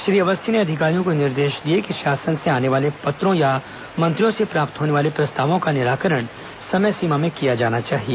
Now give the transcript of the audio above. श्री अवस्थी ने अधिकारियों को निर्देश दिए कि शासन से आने वाले पत्रों या मंत्रियों से प्राप्त होने वाले प्रस्तावों का निराकरण समय सीमा में किया जाना चाहिए